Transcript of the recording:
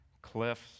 Cliffs